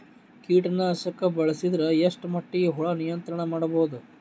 ಕೀಟನಾಶಕ ಬಳಸಿದರ ಎಷ್ಟ ಮಟ್ಟಿಗೆ ಹುಳ ನಿಯಂತ್ರಣ ಮಾಡಬಹುದು?